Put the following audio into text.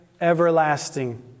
everlasting